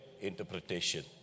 interpretation